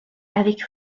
avec